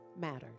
matters